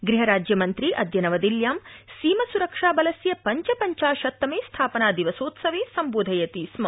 गृहराज्यमन्त्री अद्य नवदिल्यां सीम सुरक्षा बलस्य पञ्चपञ्चाशत्तमे स्थापना दिवसोत्सवे सम्बोधयति स्म